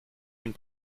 une